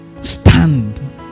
stand